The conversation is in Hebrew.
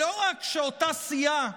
לא רק שאותה סיעה,